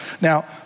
Now